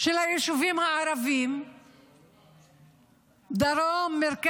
בלי יוצא מן הכלל, בדרום, במרכז,